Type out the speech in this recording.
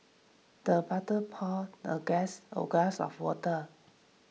the butler poured the guest a glass of water